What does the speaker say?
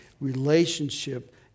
relationship